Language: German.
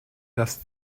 das